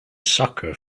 sucker